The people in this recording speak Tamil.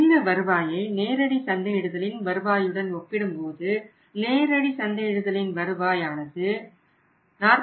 இந்த வருவாயை நேரடி சந்தையிடுதலின் வருவாயுடன் ஒப்பிடும்போது நேரடி சந்தையிடுதலின் வருவாயானது 45